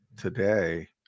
today